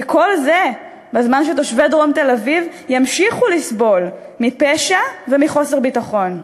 וכל זה בזמן שתושבי דרום תל-אביב ימשיכו לסבול מפשע ומחוסר ביטחון.